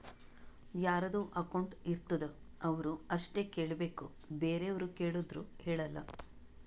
ಯಾರದು ಅಕೌಂಟ್ ಇರ್ತುದ್ ಅವ್ರು ಅಷ್ಟೇ ಕೇಳ್ಬೇಕ್ ಬೇರೆವ್ರು ಕೇಳ್ದೂರ್ ಹೇಳಲ್ಲ